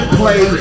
play